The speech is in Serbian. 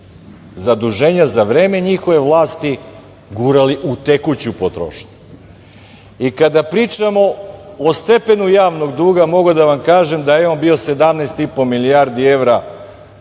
zaduženja za vreme njihove vlasti gurali u tekuću potrošnju. Kada pričamo o stepenu javnog duga, mogu da vam kažem da je on bio 17,5 milijardi evra